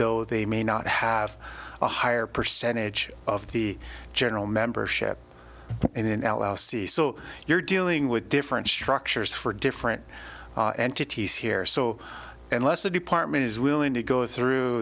though they may not have a higher percentage of the general membership in an l l c so you're dealing with different structures for different entities here so unless the department is willing to go through